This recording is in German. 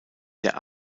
der